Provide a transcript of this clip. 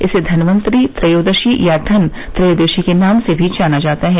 इसे धनवंतरि त्रयोदशी या धन त्रयोदशी के नाम से भी जाना जाता है